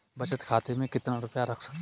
बचत खाते में कितना रुपया रख सकते हैं?